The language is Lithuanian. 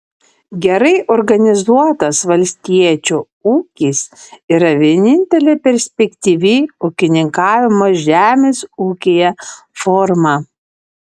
gerai organizuotas valstiečio ūkis yra vienintelė perspektyvi ūkininkavimo žemės ūkyje forma